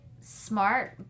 smart